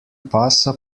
passa